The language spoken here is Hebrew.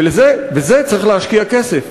ובזה צריך להשקיע כסף,